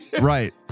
right